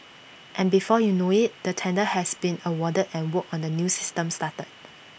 and before you know IT the tender has been awarded and work on the new system started